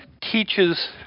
teaches